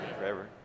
forever